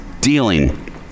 dealing